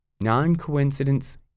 Non-coincidence